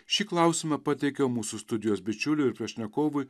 šį klausimą pateikiau mūsų studijos bičiuliui ir pašnekovui